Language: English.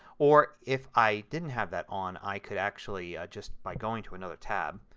or if i didn't have that on i could actually just by going to another tab,